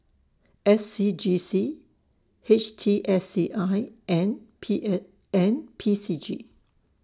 S C G C H T S C I and P A and P C G